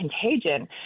Contagion